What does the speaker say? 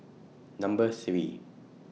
Number three